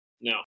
No